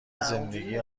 زندگی